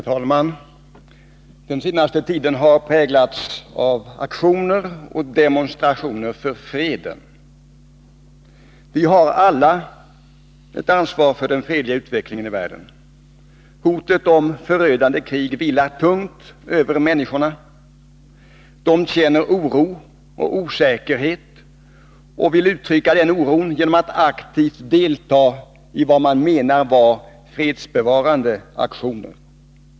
Herr talman! Den senaste tiden har präglats av aktioner och demonstrationer för freden. Vi har alla ett ansvar för den fredliga utvecklingen i världen. Hotet om förödande krig vilar tungt över människorna. De känner oro och osäkerhet och vill uttrycka denna oro genom att aktivt delta i vad de menar vara fredsbevarande aktioner.